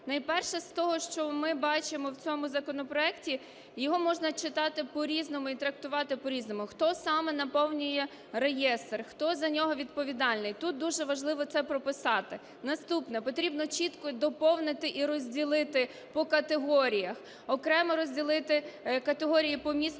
Найперше з того, що ми бачимо в цьому законопроекті, його можна читати по-різному і трактувати по-різному. Хто саме наповнює реєстр, хто за нього відповідальний, тут дуже важливо це прописати? Наступне. Потрібно чітко доповнити і розділити по категоріях, окремо розділити категорії по